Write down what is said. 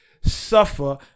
suffer